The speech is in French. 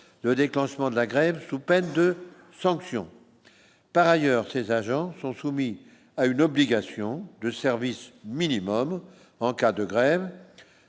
le déclenchement de la grève sous peine de sanctions, par ailleurs, ces agents sont soumis à une obligation de service minimum en cas de grève,